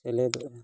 ᱥᱮᱞᱮᱫᱚᱜᱼᱟ